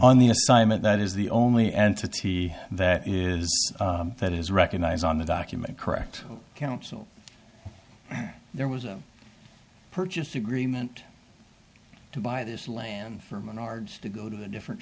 on the assignment that is the only entity that is that is recognized on the document correct council there was a purchase agreement to buy this land from menards to go to a different